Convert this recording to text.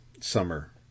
summer